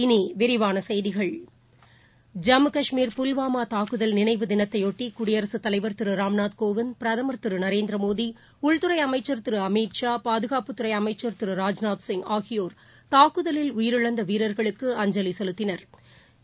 இனி விரிவான செய்திகள் ஜம்மு கஷ்மீர் புல்வாமா தாக்குதல் நினைவு தினத்தைபொட்டி குடியரசுத் தலைவர் திரு ராம்நாத் கோவிந்த் பிரதமா் திரு நரேந்திரமோடி உள்துறை அமைச்சா் திரு அமித்ஷா பாதுகாப்புத்ததுறை அமைச்சா் திரு ராஜ்நாத்சிங் ஆகியோா் தாக்குதலில் உயிரிழந்த வீரா்களுக்கு அஞ்சலி செலுத்தினா்